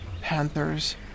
panthers